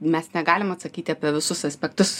mes negalim atsakyti apie visus aspektus